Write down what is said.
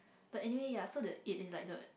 but anyway ya so the it is like the